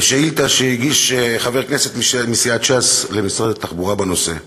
על שאילתה שהגיש חבר כנסת מסיעת ש׳׳ס למשרד התחבורה בנושא: